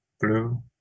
blue